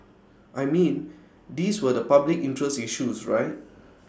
I mean these were the public interest issues right